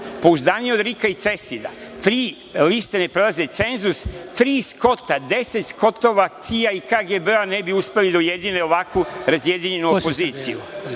pouzdaniji od RIK-a i CESIDA, tri liste ne prelaze cenzus, tri Skota, deset Skotova CIA i KGB-a ne bi uspeli da ujedine ovakvu razjedinjenu opoziciju.